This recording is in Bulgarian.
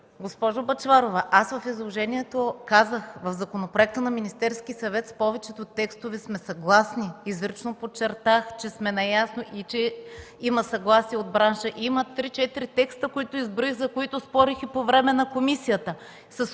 Госпожо Бъчварова, в изложението казах, че в законопроекта на Министерския съвет с повече от текстовете сме съгласни. Изрично подчертах, че сме наясно и че има съгласие от бранша. Има 3-4 текста, които изброих, за които спорих и по време на комисията,